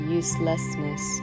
uselessness